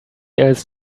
else